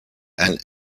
and